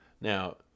now